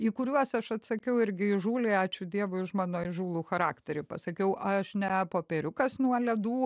į kuriuos aš atsakiau irgi įžūliai ačiū dievui už mano įžūlų charakterį pasakiau aš ne popieriukas nuo ledų